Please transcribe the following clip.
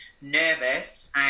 nervous